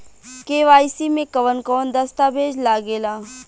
KYC में कवन कवन दस्तावेज लागे ला?